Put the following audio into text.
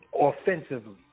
offensively